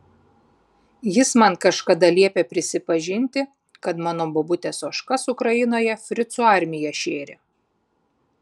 jis man kažkada liepė prisipažinti kad mano bobutės ožkas ukrainoje fricų armija šėrė